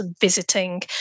visiting